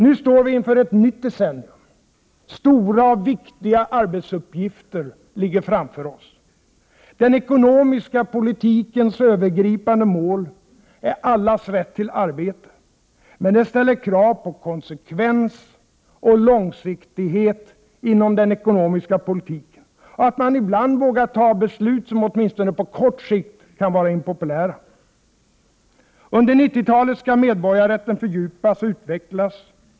Nu står vi inför ett nytt decennium. Stora och viktiga arbetsuppgifter ligger framför oss. Den ekonomiska politikens övergripande mål är allas rätt till arbete. Men det ställer krav på konsekvens och långsiktighet inom den ekonomiska politiken och att man ibland vågar ta beslut som åtminstone på kort sikt kan vara impopulära. Under 90-talet skall medborgarrrätten fördjupas och utvecklas.